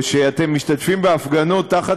או שאתם משתתפים בהפגנות תחת